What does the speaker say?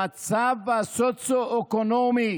למצב הסוציו-אקונומי